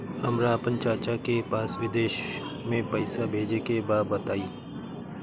हमरा आपन चाचा के पास विदेश में पइसा भेजे के बा बताई